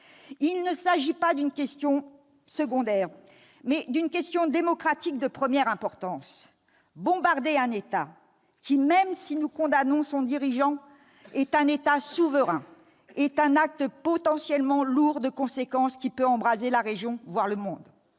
.» La question n'est pas secondaire ; il s'agit d'une question démocratique de première importance ! Bombarder un État qui, même si nous condamnons son dirigeant, est un État souverain, est un acte potentiellement lourd de conséquences, susceptible d'embraser la région, voire le monde.